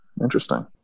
interesting